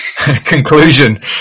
conclusion